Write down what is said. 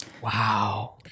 Wow